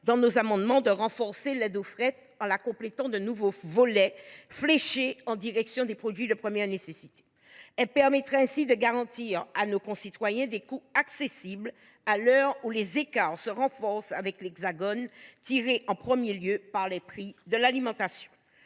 débat d’amendements, de renforcer l’aide au fret en la complétant d’un nouveau volet fléché en direction des produits de première nécessité. Ainsi garantirait on à nos concitoyens des coûts accessibles, à l’heure où les écarts s’accentuent avec l’Hexagone, tirés en premier lieu par les prix de l’alimentation.